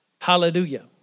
Hallelujah